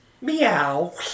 meow